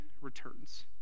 returns